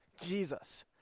Jesus